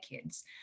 kids